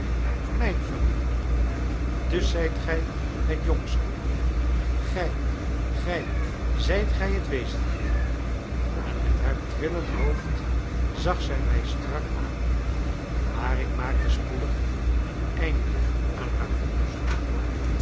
mijn familie dus zijt gij het jongske gij gij zijt gij t wezenlijk en met haar trillend hoofd zag zij mij strak aan maar ik maakte spoedig een einde aan haar onderzoek